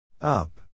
Up